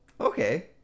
Okay